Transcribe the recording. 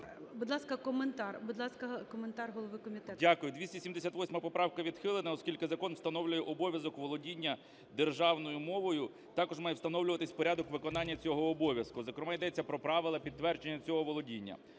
Будь ласка, коментар голови комітету. 10:17:49 КНЯЖИЦЬКИЙ М.Л. Дякую. 278 поправка відхилена, оскільки закон встановлює обов'язок володіння державною мовою. Також має встановлюватись порядок виконання цього обов'язку. Зокрема йдеться про правила підтвердження цього володіння.